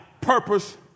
purpose